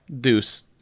deuce